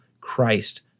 Christ